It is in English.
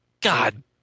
God